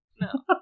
No